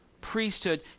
priesthood